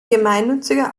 gemeinnütziger